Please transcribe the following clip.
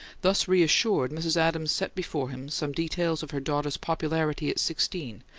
thus reassured, mrs. adams set before him some details of her daughter's popularity at sixteen,